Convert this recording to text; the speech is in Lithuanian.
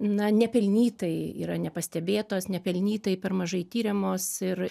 na nepelnytai yra nepastebėtos nepelnytai per mažai tiriamos ir